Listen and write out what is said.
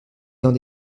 dans